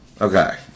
okay